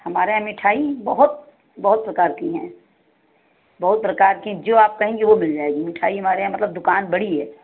हमारे यहाँ मिठाई बहुत बहुत प्रकार की हैं बहुत प्रकार की जो आप कहेंगे वह मिल जाएगी मिठाई हमारे यहाँ मतलब दुकान बड़ी है